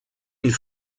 une